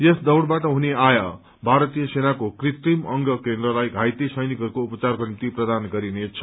यस दौइबाट हुने आय भारतीय सेनाको कृत्रिम अंग केन्द्रलाई घाइते सैनिकहरूको उपचारको निम्ति प्रदान गरिनेछ